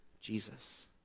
jesus